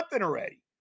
already